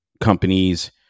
companies